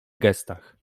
gestach